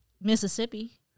Mississippi